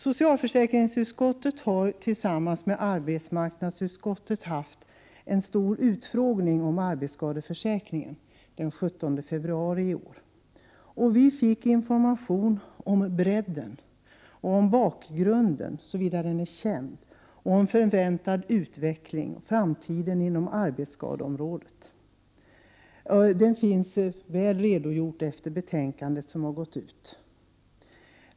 Socialförsäkringsutskottet hade tillsammans med arbetsmarknadsutskottet en stor utfrågning om arbetsskadeförsäkringen den 17 februari i år. Vi fick då information om bredden, om bakgrunden, såvida den är känd, och om förväntad utveckling och framtiden inom arbetsskadeområdet. Utfrågningen redovisas i en bilaga till detta betänkande.